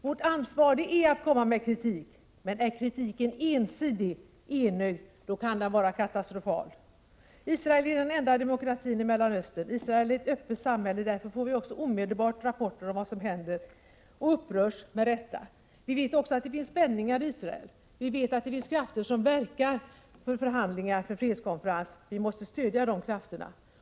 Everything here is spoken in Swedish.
Vårt ansvar är att komma med kritik, men är kritiken ensidig, enögd, kan den vara katastrofal. Israel är den enda demokratin i Mellanöstern. Israel är ett öppet samhälle, därför får vi också omedelbart rapporter om vad som händer — och upprörs med rätta. Vi vet också att det finns spänningar i Israel. Vi vet att det finns krafter, som verkar för förhandlingar, för en fredskonferens. Vi måste stödja dessa krafter genom vårt agerande.